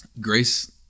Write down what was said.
Grace